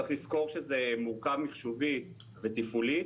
צריך לזכור שזה מורכב מחשובית ותפעולית,